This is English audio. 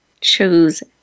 choose